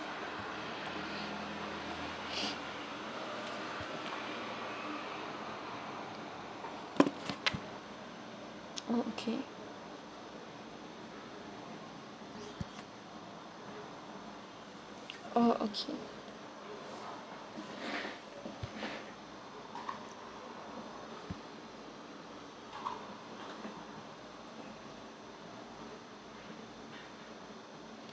oh okay oh okay